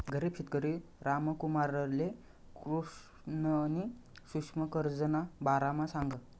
गरीब शेतकरी रामकुमारले कृष्णनी सुक्ष्म कर्जना बारामा सांगं